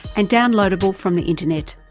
and downloadable from the internet.